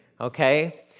okay